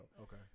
Okay